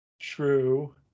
True